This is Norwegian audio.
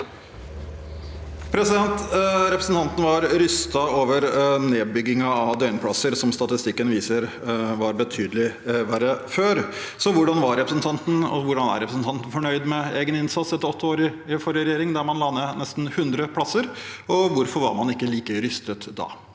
Representanten var rystet over nedbyggingen av døgnplasser, som statistikken viser var betydelig verre før. Så hvordan var – og er – representanten fornøyd med egen innsats etter åtte år i forrige regjering, der man la ned nesten 100 plasser? Og hvorfor var man ikke like rystet da?